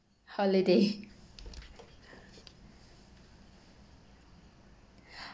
holiday